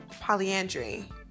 Polyandry